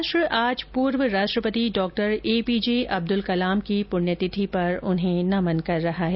राष्ट्र आज पूर्व राष्ट्रपति डॉक्टर एपीजे अब्दुल कलाम की पुण्यतिथि पर उन्हें नमन कर रहा है